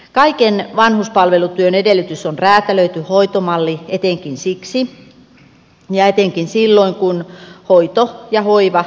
kaiken vanhuspalvelutyön edellytys on räätälöity hoitomalli etenkin silloin kun hoito ja hoiva tapahtuvat kotona